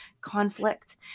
conflict